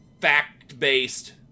fact-based